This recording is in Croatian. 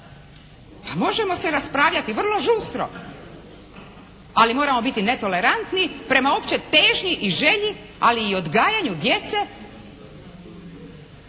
Pa možemo se raspravljati vrlo žustro ali moramo biti netolerantni prema općoj težnji i želji, ali i odgajanju djece